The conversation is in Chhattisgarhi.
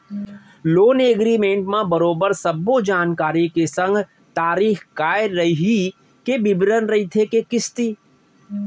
लोन एगरिमेंट म बरोबर सब्बो जानकारी के संग तारीख काय रइही के बिबरन रहिथे के किस्ती